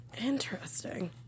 Interesting